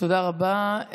תודה רבה.